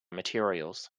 materials